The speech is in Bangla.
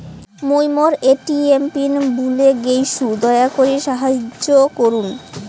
মুই মোর এ.টি.এম পিন ভুলে গেইসু, দয়া করি সাহাইয্য করুন